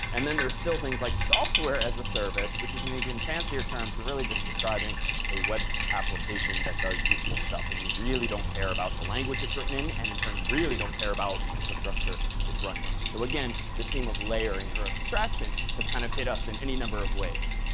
and then there are still things like software as a service, which is an even fancier term for really just describing a web application that does useful stuff. and you really don't care about the language it's written in and in turn you really don't care about the infrastructure it's running on. so, again, this theme of layering or abstraction has kind of hit us in any number of ways.